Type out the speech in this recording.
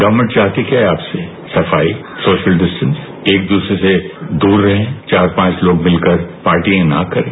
government चाहती है क्या आपसे सफाई सोशल डिस्टेंसिंग एक दूसरे से दूर रहें चार पांच लोग मिलकर पार्टियां न करें